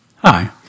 Hi